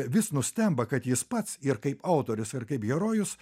vis nustemba kad jis pats ir kaip autorius ar kaip herojus